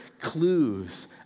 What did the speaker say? clues